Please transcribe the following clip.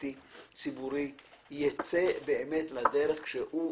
מדינתי ציבורי ייצא לדרך כשהוא